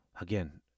Again